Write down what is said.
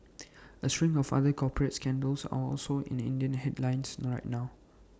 A string of other corporate scandals are also in Indian headlines right now